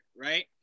right